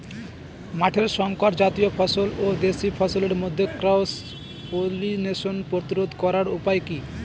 মাঠের শংকর জাতীয় ফসল ও দেশি ফসলের মধ্যে ক্রস পলিনেশন প্রতিরোধ করার উপায় কি?